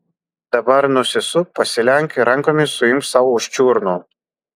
dabar nusisuk pasilenk ir rankomis suimk sau už čiurnų